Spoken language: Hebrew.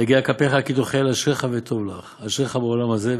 'יגיע כפיך כי תאכל אשריך וטוב לך'; 'אשריך' בעולם הזה,